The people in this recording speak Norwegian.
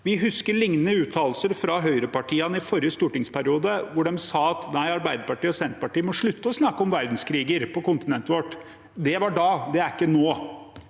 Vi husker lignende uttalelser fra høyrepartiene i forrige stortingsperiode, hvor de sa at nei, Arbeiderpartiet og Senterpartiet må slutte å snakke om verdenskriger på kontinentet vårt. Det var da, det er ikke nå.